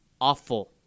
awful